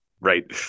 Right